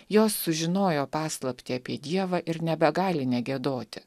jos sužinojo paslaptį apie dievą ir nebegali negiedoti